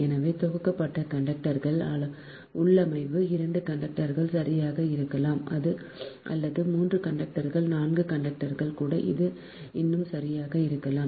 எனவே தொகுக்கப்பட்ட கண்டக்டர்கள் உள்ளமைவு 2 கண்டக்டர்கள் சரியாக இருக்கலாம் அல்லது 3 கண்டக்டர்கள் 4 கண்டக்டர்கள் கூட இன்னும் சரியாக இருக்கலாம்